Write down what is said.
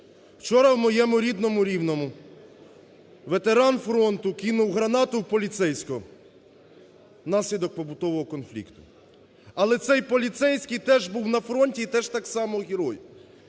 Вчора в моєму рідному Рівному ветеран фронту кинув гранату в поліцейського внаслідок побутового конфлікту. Але цей поліцейський теж був на фронті і теж так само герой.